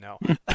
no